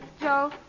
Joe